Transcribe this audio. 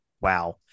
wow